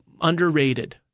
Underrated